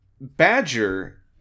Badger